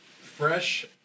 fresh